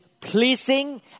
pleasing